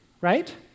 right